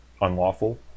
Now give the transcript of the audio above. unlawful